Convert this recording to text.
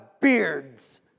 beards